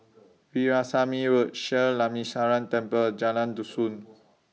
Veerasamy Road sheer Lakshminarayanan Temple Jalan Dusun